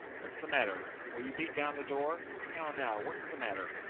what's the matter? will you beat down the door? how now? what's the matter?